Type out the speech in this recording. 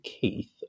Keith